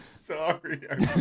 sorry